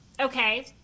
okay